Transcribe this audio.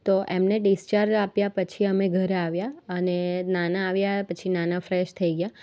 તો એમને ડિસ્ચાર્જ આપ્યા પછી અમે ઘરે આવ્યા અને નાના આવ્યા પછી નાના ફ્રેશ થઈ ગયા